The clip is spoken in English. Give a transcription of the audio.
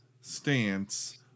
stance